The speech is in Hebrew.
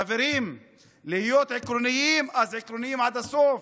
חברים, אם להיות עקרוניים, אז עקרוניים עד הסוף,